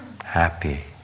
happy